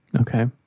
Okay